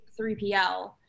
3PL